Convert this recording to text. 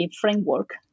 framework